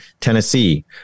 Tennessee